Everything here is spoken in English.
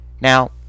Now